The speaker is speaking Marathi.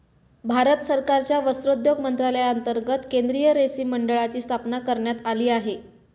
भारत सरकारच्या वस्त्रोद्योग मंत्रालयांतर्गत केंद्रीय रेशीम मंडळाची स्थापना करण्यात आली आहे